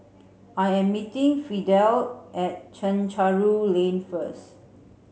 I am meeting Fidel at Chencharu Lane first